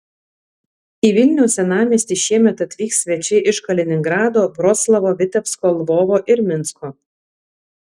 į vilniaus senamiestį šiemet atvyks svečiai iš kaliningrado vroclavo vitebsko lvovo ir minsko